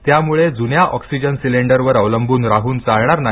त्यामुळे जुन्या ऑक्सिजन सिलंडरवर अवलंबून राहून चालणार नाही